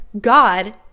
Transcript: God